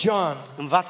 John